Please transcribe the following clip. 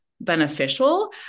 beneficial